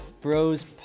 Bros